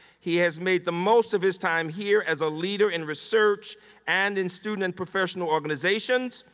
he has made the most of his time here as a leader in research and in student and professional organizations.